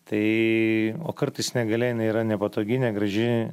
tai o kartais negalia jinai yra nepatogi negraži